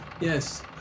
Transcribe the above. Yes